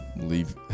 leave